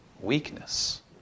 weakness